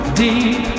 deep